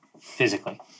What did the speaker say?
physically